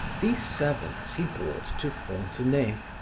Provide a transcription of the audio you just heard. these servants he brought to fontenay.